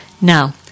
Now